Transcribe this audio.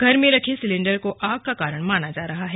घर में रखे सिलेंडर को आग का कारण माना जा रहा है